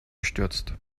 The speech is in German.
gestürzt